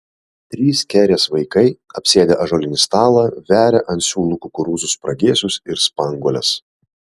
trys kerės vaikai apsėdę ąžuolinį stalą veria ant siūlų kukurūzų spragėsius ir spanguoles